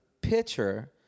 pitcher